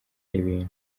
ibintu